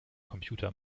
computer